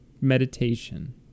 meditation